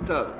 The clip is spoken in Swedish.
slaget.